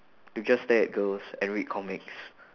to just stare at girls and read comics